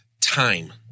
time